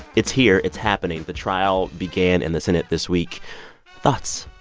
it's here. it's happening. the trial began in the senate this week thoughts?